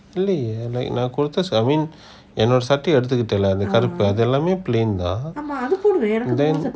really like நான் குடுத்த:naan kudutha I mean என்னோட சட்ட எடுத்துகிட்டாளா அது கருப்பு அது:ennoda satta yeaduthukitala athu karupu athu plain lah and then